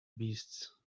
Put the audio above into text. beasts